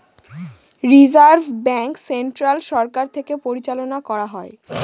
reserve bank central সরকার থেকে পরিচালনা করা হয়